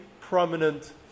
prominent